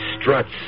struts